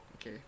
Okay